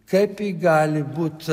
kaip ji gali būt